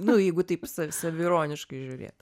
nu jeigu taip sa saviironiškai žiūrėt